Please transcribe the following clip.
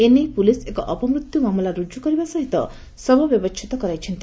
ଏନେଇ ପୁଲିସ ଏକ ଅପମୃତ୍ୟୁ ମାମଲା ରୁଜୁ କରିବା ସହିତ ଶବ ବ୍ୟବଛେଦ କରାଇଛନ୍ତି